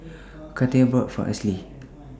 Katheryn bought For Ashlie